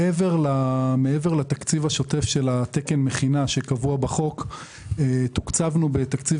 מעבר לתקציב השוטף של תקן המכינה שקבוע בחוק גם תוקצבנו בתקציב